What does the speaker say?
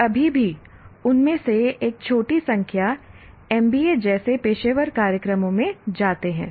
और अभी भी उनमें से एक छोटी संख्या MBA जैसे पेशेवर कार्यक्रमों में जाते हैं